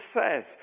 says